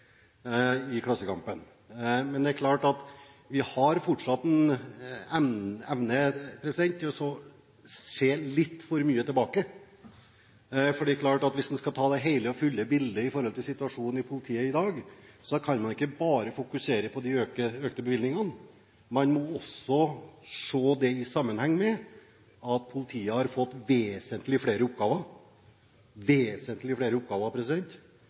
i Klassekampen. Men vi har fortsatt en evne til å se litt for mye tilbake. Hvis en skal ta det hele og fulle bildet i forhold til situasjonen i politiet i dag, kan man ikke bare fokusere på de økte bevilgningene. Man må også se det i sammenheng med at politiet har fått vesentlig flere oppgaver. Vi må se det i sammenheng med den enorme befolkningsøkningen, vi må se det i sammenheng med at flere